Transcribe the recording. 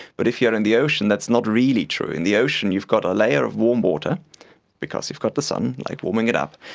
but if you are in the ocean that is not really true. in the ocean you've got a layer of warm water because you've got the sun like warming it up,